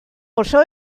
oso